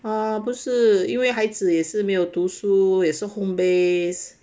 ah 不是因为孩子也是没有读书也是 home base